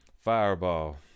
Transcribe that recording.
fireball